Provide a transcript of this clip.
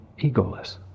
egoless